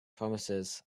promises